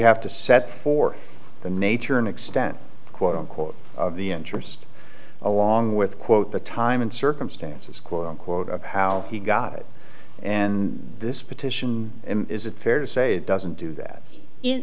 have to set forth the nature and extent quote unquote of the interest along with quote the time and circumstances quote unquote of how he got it and this petition is it fair to say doesn't do that